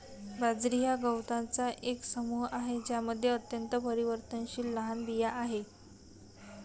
बाजरी हा गवतांचा एक समूह आहे ज्यामध्ये अत्यंत परिवर्तनशील लहान बिया आहेत